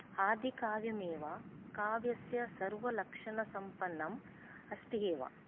आदिकाव्यमेव काव्यस्य सर्वलक्षणसम्पन्नम् अस्ति एव